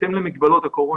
בהתאם למגבלות הקורונה.